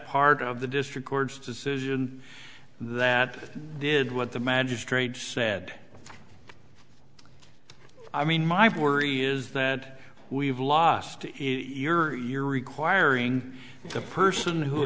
part of the district court's decision that did what the magistrate said i mean my worry is that we've lost to your you're requiring the person who